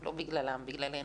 לא בגללם, בגללנו,